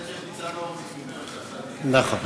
ניצן הורוביץ שעשה את זה לפני, נכון.